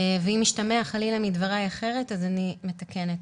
ואם השתמע חלילה מדבריי אחרת, אני מתקנת.